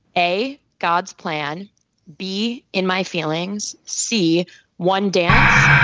a god's plan b in my feelings. c one dance.